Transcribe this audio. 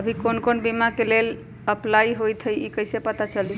अभी कौन कौन बीमा के लेल अपलाइ होईत हई ई कईसे पता चलतई?